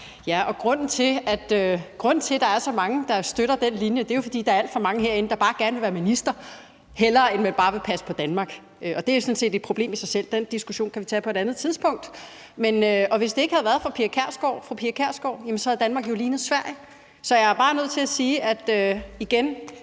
der er så mange, der støtter den linje, er jo, at der er alt for mange herinde, der bare gerne vil være minister, hellere end man bare vil passe på Danmark. Det er sådan set et problem i sig selv – den diskussion kan vi tage på et andet tidspunkt – og hvis det ikke havde været for fru Pia Kjærsgaard, havde Danmark jo lignet Sverige. Så jeg er bare nødt til igen at sige,